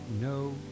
no